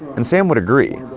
and sam would agree.